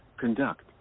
conduct